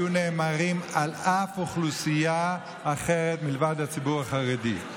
היו נאמרים על אף אוכלוסייה אחרת מלבד על הציבור החרדי,